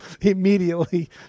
immediately